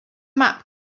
map